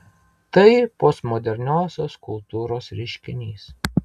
tai postmoderniosios kultūros reiškinys